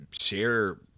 share